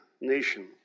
nation